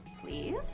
please